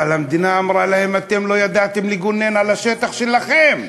אבל המדינה אמרה להם: אתם לא ידעתם לגונן על השטח שלכם.